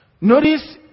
Notice